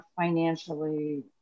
financially